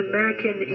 American